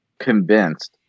convinced